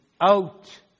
out